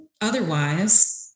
otherwise